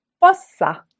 possa